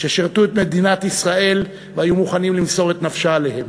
ששירתו את מדינת ישראל והיו מוכנים למסור את נפשם עליה.